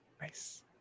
nice